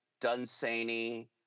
Dunsany